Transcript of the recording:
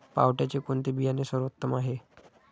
पावट्याचे कोणते बियाणे सर्वोत्तम आहे?